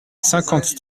cinquante